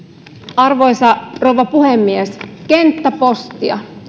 arvoisa rouva puhemies kenttäpostia